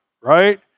right